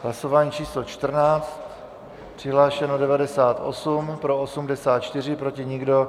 Hlasování číslo 14. Přihlášeno 98, pro 84, proti nikdo.